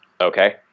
okay